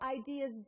ideas